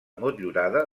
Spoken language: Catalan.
motllurada